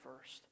first